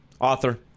author